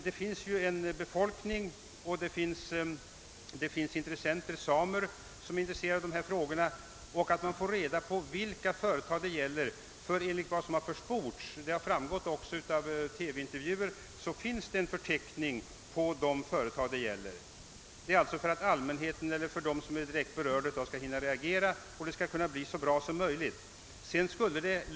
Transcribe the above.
Det finns också en befolkning, bl.a. samer, som är intresserade av de här frågorna och som vill ha reda på vilka företag det gäller. Enligt vad som har försports och vad som har framgått av en TV-intervju finns det en förteckning över tilltänkta regleringar. Allmänheten och särskilt de direkt berörda bör få ta del av den, så att de hinner sätta sig in i förändringen.